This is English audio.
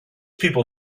people